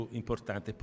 importante